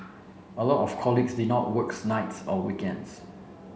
a lot of colleagues did not works nights or weekends